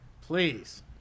Please